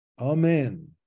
Amen